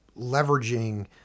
leveraging